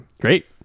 Great